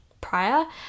prior